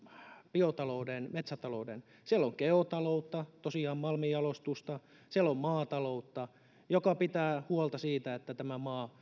biotalouden metsätalouden siellä on geotaloutta tosiaan malminjalostusta siellä on maataloutta joka pitää huolta siitä että tämä maa